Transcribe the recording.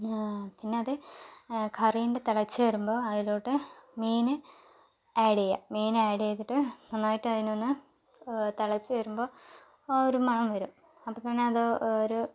പിന്നത് കറീൻ്റെ തിളച്ച് വരുമ്പോൾ അതിലോട്ട് മീന് ഏഡ്ഡ് ചെയ്യുക മീന് ഏഡ്ഡ് ചെയ്തിട്ട് നന്നായിട്ടതിനൊന്ന് തിളച്ച് വരുമ്പോൾ ആ ഒര് മണം വരും അപ്പോൾതന്നെ അത് ഒരു